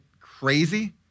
crazy